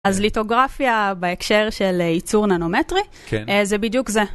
אז ליטוגרפיה בהקשר של ייצור ננומטרי, זה בדיוק זה.